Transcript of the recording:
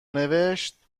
نوشتشبکه